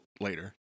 later